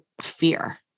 fear